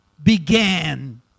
Began